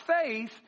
faith